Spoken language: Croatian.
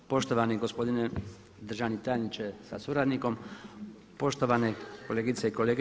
Poštovani gospodine državni tajniče sa suradnikom, poštovane kolegice i kolege.